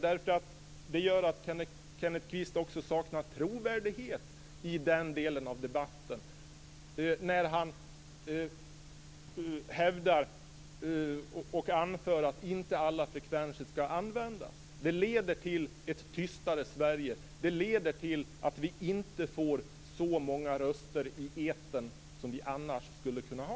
Det gör att Kenneth Kvist saknar trovärdighet när han hävdar att inte alla frekvenser skall användas. Det leder till ett tystare Sverige, det leder till att vi inte får så många röster i etern som vi annars skulle kunna ha.